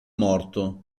morto